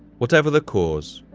whatever the cause,